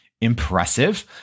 impressive